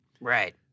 Right